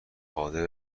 قادر